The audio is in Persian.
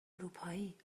اروپایی